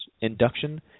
induction